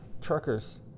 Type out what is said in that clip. truckers